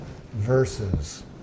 verses